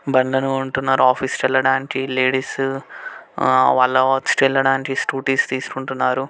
బండ్లను కొంటున్నారు ఆఫీస్కి వెళ్ళడానికి లేడీస్ వాళ్ళ వర్క్స్కి వెళ్ళడానికి స్కూటీస్ తీసుకుంటున్నారు